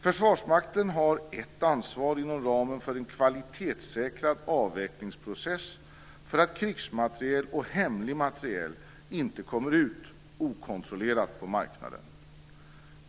Försvarsmakten har ett ansvar inom ramen för en kvalitetssäkrad avvecklingsprocess för att krigsmateriel och hemlig materiel inte kommer ut okontrollerat på marknaden.